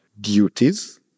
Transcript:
duties